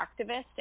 activist